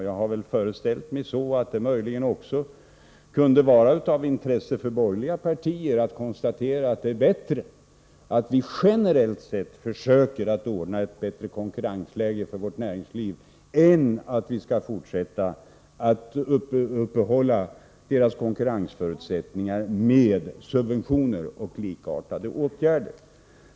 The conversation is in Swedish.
Jag hade föreställt mig att det möjligen kunde vara av intresse också för borgerliga partier att konstatera att det är bättre att vi generellt sett försöker ordna ett bättre konkurrensläge för vårt näringsliv än att fortsätta att upprätthålla dess konkurrensförutsättningar med subventioner och likartade åtgärder.